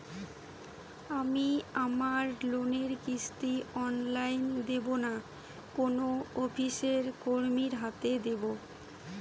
আমি আমার লোনের কিস্তি অনলাইন দেবো না কোনো অফিসের কর্মীর হাতে দেবো?